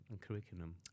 curriculum